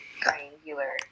triangular